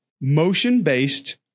Motion-based